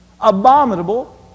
Abominable